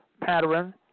pattern